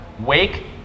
Wake